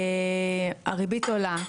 הריבית עולה,